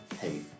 Hey